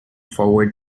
forward